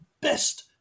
best